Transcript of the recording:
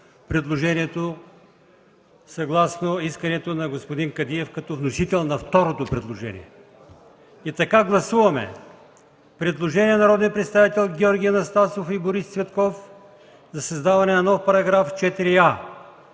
предложението, съгласно искането на господин Кадиев като вносител на второто предложение. Гласуваме предложение на народните представители Георги Анастасов и Борис Цветков за създаване на нов § 4а